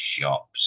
shops